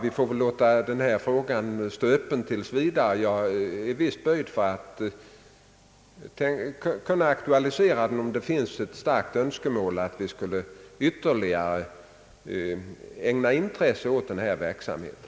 Vi får väl låta denna fråga stå öppen tills vidare; jag är visst benägen att aktualisera den, om det finns ett starkt önskemål att vi skall ägna denna verksamhet ytterligare intresse.